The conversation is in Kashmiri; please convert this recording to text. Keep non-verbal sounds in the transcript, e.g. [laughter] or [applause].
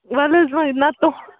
وَل حظ وَنہِ نَہ [unintelligible]